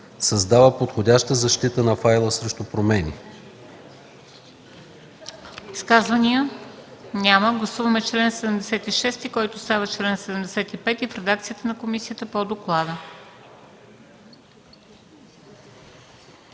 създава подходяща защита на файла срещу промени.”